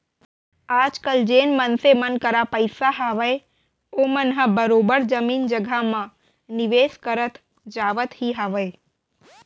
आजकल जेन मनसे मन करा पइसा हावय ओमन ह बरोबर जमीन जघा म निवेस करत जावत ही हावय